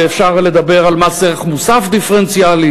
ואפשר לדבר על מס ערך מוסף דיפרנציאלי,